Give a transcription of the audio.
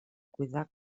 cuidar